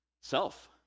Self